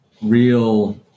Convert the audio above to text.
real